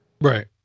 Right